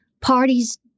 parties